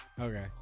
Okay